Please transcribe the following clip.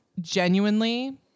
genuinely